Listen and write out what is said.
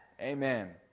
Amen